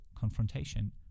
confrontation